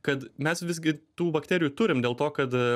kad mes visgi tų bakterijų turim dėl to kad